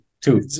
Two